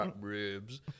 ribs